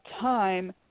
time